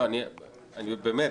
באמת,